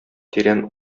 тирән